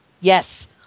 Yes